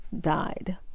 died